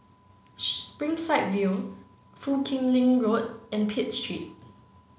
Springside View Foo Kim Lin Road and Pitt Street